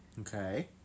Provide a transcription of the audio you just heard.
Okay